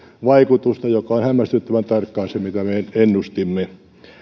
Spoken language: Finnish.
vaikutusta joka on hämmästyttävän tarkkaan se mitä me ennustimme